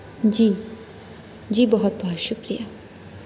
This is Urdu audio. جی جی بہت بہت شکریہ